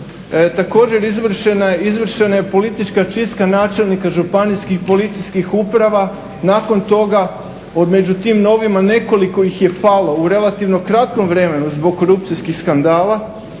Također izvršena je politička čistka načelnika županijskih i policijskih uprava, nakon toga od među tim novima, nekoliko ih je u palo u relativno kratkom vremenu zbog korupcijskih skandala.